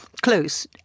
close